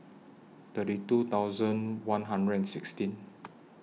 thirty two thousand one hundred and sixteen